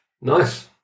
Nice